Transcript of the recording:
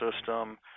system